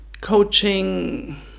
coaching